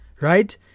right